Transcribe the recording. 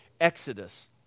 exodus